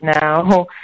now